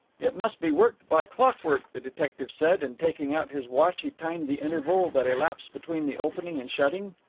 it must be worked by clockwork, the detective said, and taking out his watch he timed the interval that elapsed between the opening and shutting.